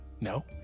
No